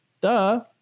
duh